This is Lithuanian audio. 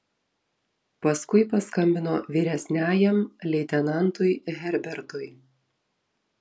paskui paskambino vyresniajam leitenantui herbertui